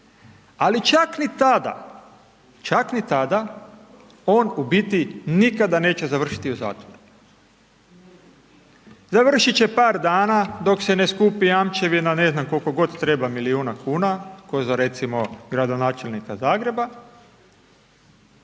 ali čak ni tada, čak ni tada, on u biti nikada neće završiti u zatvoru. Završit će par dana dok se ne skupi jamčevina ne znam koliko god treba milijuna kuna, kao za recimo gradonačelnika Zagreba